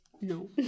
no